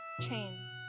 chain